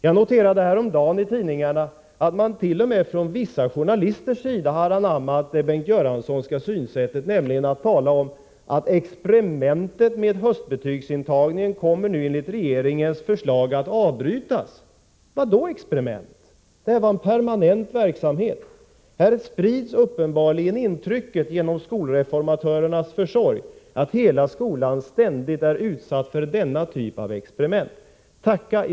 Jag noterade häromdagen i tidningarna att t.o.m. vissa journalister har anammat det Bengt Göranssonska synsättet, nämligen att tala om att experimentet med höstbetygsintagningen nu enligt regeringens förslag kommer att avbrytas. Vilket experiment? Det var fråga om en permanent verksamhet. Här sprids tydligen genom skolreformatörernas försorg intrycket att skolan är utsatt för en ständigt fortgående experimentverksamhet.